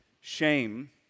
Shame